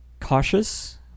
cautious